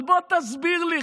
אבל בוא תסביר לי,